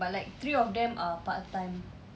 but like three of them are part-time